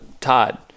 Todd